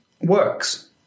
works